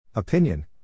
Opinion